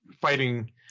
fighting